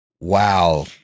wow